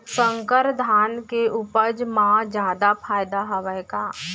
संकर धान के उपज मा जादा फायदा हवय का?